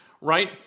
right